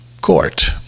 court